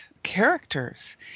characters